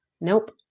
Nope